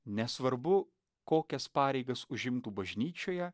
nesvarbu kokias pareigas užimtų bažnyčioje